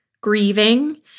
grieving